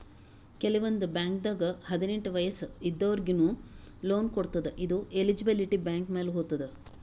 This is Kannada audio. ಕೆಲವಂದ್ ಬಾಂಕ್ದಾಗ್ ಹದ್ನೆಂಟ್ ವಯಸ್ಸ್ ಇದ್ದೋರಿಗ್ನು ಲೋನ್ ಕೊಡ್ತದ್ ಇದು ಎಲಿಜಿಬಿಲಿಟಿ ಬ್ಯಾಂಕ್ ಮ್ಯಾಲ್ ಹೊತದ್